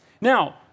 now